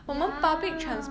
ya